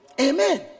amen